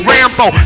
Rambo